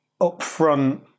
upfront